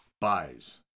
Buys